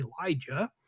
Elijah